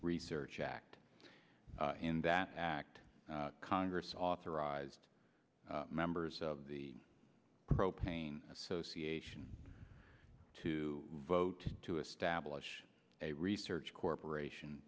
research act in that act congress authorized members of the propane association to vote to establish a research corporation